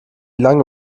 lange